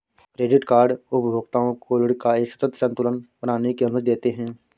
credit card उपभोक्ताओं को ऋण का एक सतत संतुलन बनाने की अनुमति देते हैं